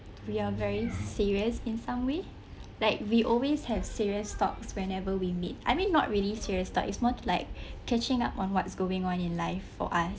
we are very serious in some way like we always have serious talks whenever we meet I mean not really serious talk it's more like catching up on what's going on in life for us